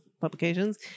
publications